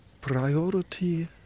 priority